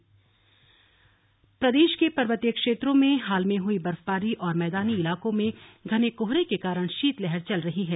हरिद्वार ठंड प्रदेश के पर्वतीय क्षेत्रों में हाल में हुई भारी बर्फबारी और मैदानी इलाकों में घने कोहरे के कारण शीतलहर चल रही है